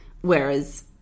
Whereas